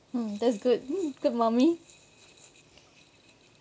mm that's good mm good mummy